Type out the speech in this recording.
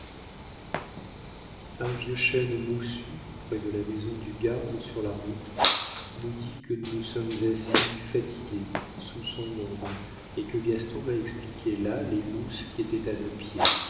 un vieux chêne moussu près de la maison du garde sur la route nous dit que nous nous sommes assis fatigués sous son ombre et que gaston m'a expliqué là les mousses qui étaient à nos pieds